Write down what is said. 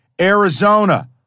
Arizona